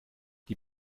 die